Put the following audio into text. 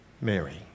Mary